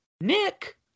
Nick